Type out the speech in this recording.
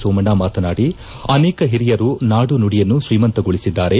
ಸೋಮಣ್ಣ ಮಾತನಾಡಿ ಅನೇಕ ಹಿರಿಯರು ನಾಡು ನುಡಿಯನ್ನು ಶ್ರೀಮಂತಗೊಳಿಸಿದ್ದಾರೆ